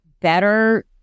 better